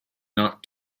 not